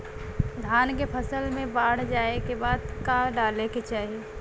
धान के फ़सल मे बाढ़ जाऐं के बाद का डाले के चाही?